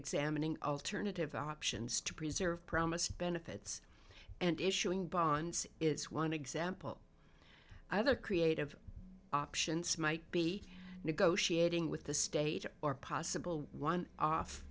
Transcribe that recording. examining alternative options to preserve promised benefits and issuing bonds is one example other creative options might be negotiating with the state or possible one off